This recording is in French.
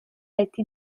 être